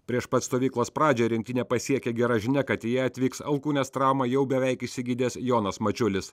prieš pat stovyklos pradžią rinktinę pasiekė gera žinia kad į ją atvyks alkūnės traumą jau beveik išsigydęs jonas mačiulis